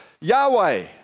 Yahweh